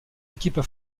équipes